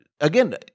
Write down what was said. again